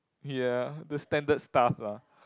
ya the standard stuff lah